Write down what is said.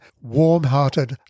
warm-hearted